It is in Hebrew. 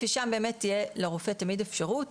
כי שם באמת יהיה לרופא תמיד אפשרות